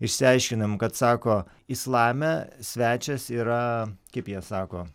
išsiaiškinom kad sako islame svečias yra kaip jie sako